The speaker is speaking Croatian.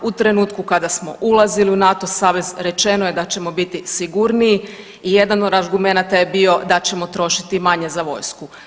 U trenutku kada smo ulazili u NATO savez rečeno je da ćemo biti sigurniji i jedan od argumenata je bio da ćemo trošiti manje za vojsku.